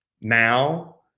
Now